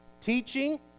teaching